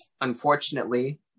unfortunately